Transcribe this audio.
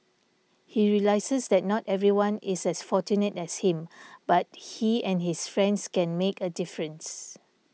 he realises that not everyone is as fortunate as him but he and his friends can make a difference